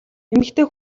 эмэгтэй